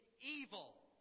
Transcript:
evil